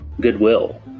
goodwill